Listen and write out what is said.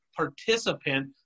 participant